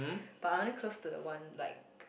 but I only close to the one like